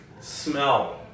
smell